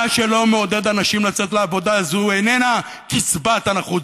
מה שלא מעודד אנשים לצאת לעבודה זה איננה קצבת הנכות,